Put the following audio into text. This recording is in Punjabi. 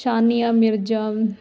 ਸਾਨੀਆ ਮਿਰਜ਼ਾ